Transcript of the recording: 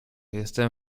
jestem